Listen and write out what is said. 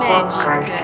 Magic